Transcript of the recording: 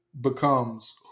becomes